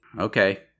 Okay